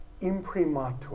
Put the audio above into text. imprimatur